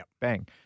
Bang